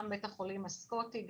גם בבית החולים הסקוטי,